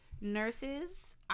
nurses